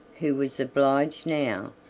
who was obliged now,